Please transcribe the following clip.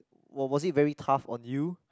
was was it very tough on you